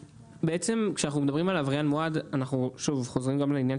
כאשר אנחנו מדברים על עבריין מועד שוב אנחנו חוזרים לעניין